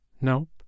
Nope